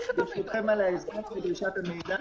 --- ברשותכם, על הסבר של דרישת המידע